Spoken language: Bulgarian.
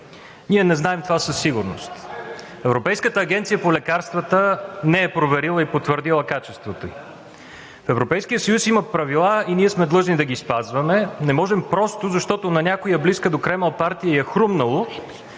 ние не знаем това със сигурност. Европейската агенция по лекарствата не е проверила и потвърдила качествата ѝ. В Европейския съюз има правила и ние сме длъжни да ги спазваме. Не можем просто защото на някоя близка до Кремъл партия й е хрумнало,